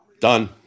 done